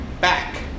back